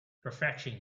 prefetching